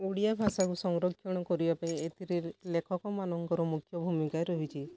ଓଡ଼ିଆ ଭାଷାକୁ ସଂରକ୍ଷଣ କରିବା ପାଇଁ ଏଥିରେ ଲେଖକମାନଙ୍କର ମୁଖ୍ୟ ଭୂମିକା ରହିଛି